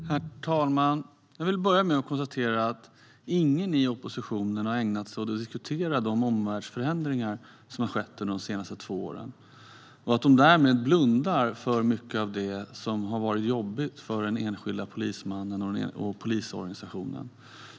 Herr talman! Jag vill börja med att konstatera att ingen i oppositionen har ägnat sig åt att diskutera de omvärldsförändringar som har skett de senaste två åren. De blundar därmed för mycket av det som har varit jobbigt för den enskilda polismannen och för polisorganisationen.